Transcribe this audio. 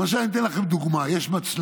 למשל, אני אתן לכם דוגמה: יש מצלמות,